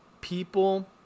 people